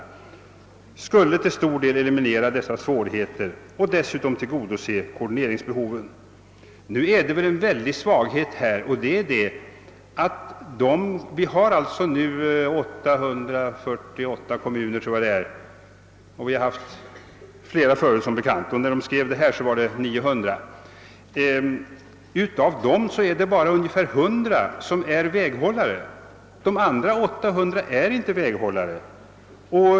Detta skulle till stor del eliminera svårigheterna och dessutom tillgodose koordineringsbehoven, heter det i förslaget. Det finns emellertid en stor svaghet härvidlag. Vi har nu 848 kommuner — vi hade som bekant flera förut, och när vägverket gjorde det uttalande jag nyss redovisade var åntalet kommuner 900. Av dessa kommuner är endast cirka 100 väghållare — de andra 800 är det inte.